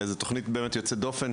זו תוכנית באמת יוצאת דופן,